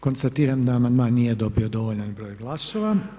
Konstatiram da amandman nije dobio dovoljan broj glasova.